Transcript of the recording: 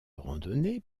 randonnées